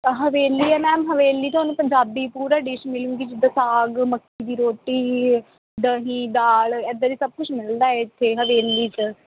ਹਵੇਲੀ ਹੈ ਮੈਮ ਹਵੇਲੀ ਤੁਹਾਨੂੰ ਪੰਜਾਬੀ ਪੂਰਾ ਡਿਸ਼ ਮਿਲੇਗੀ ਜਿੱਦਾਂ ਸਾਗ ਮੱਕੀ ਦੀ ਰੋਟੀ ਦਹੀਂ ਦਾਲ ਇੱਦਾਂ ਦੀ ਸਭ ਕੁਛ ਮਿਲਦਾ ਇੱਥੇ ਹਵੇਲੀ 'ਚ